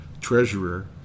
treasurer